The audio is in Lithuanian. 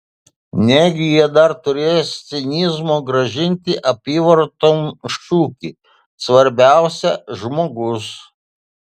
negi jie dar turės cinizmo grąžinti apyvarton šūkį svarbiausia žmogus